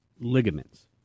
ligaments